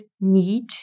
need